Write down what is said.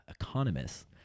economists